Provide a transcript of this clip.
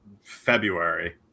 February